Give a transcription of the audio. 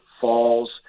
falls